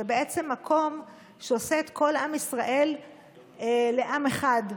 זה בעצם מקום שעושה את כל עם ישראל לעם אחד,